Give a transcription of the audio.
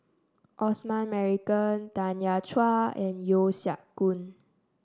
Osman Merican Tanya Chua and Yeo Siak Goon